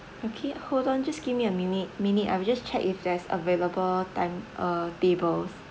okay hold on just give me a minute minute I'm just check if there's available time uh tables